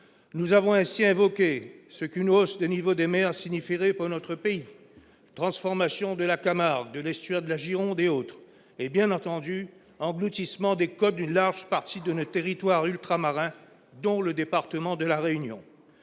nous avons ainsi invoquer ce qu'une hausse du niveau des mers signifierait pour notre pays, transformation de la Camargue de l'estuaire de la Gironde et autres, et bien entendu engloutissement des codes d'une large partie de nos territoires ultramarins dans le département de la Réunion,